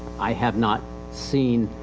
i have not seen,